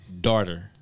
daughter